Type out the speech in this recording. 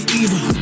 evil